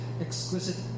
Exquisite